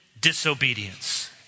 disobedience